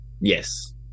yes